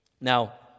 Now